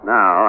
Now